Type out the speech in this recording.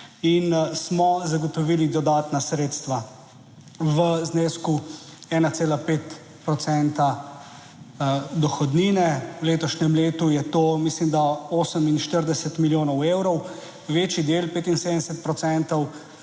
in smo zagotovili dodatna sredstva v znesku 1,5 procenta dohodnine; v letošnjem letu je to, mislim da 48 milijonov evrov. Večji del, 75